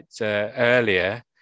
earlier